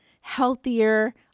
healthier